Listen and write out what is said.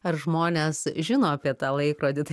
ar žmonės žino apie tą laikrodį tai